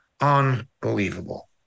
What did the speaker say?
Unbelievable